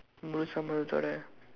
முழு சம்மதத்தோட:muzhu sammathaththooda